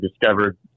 discovered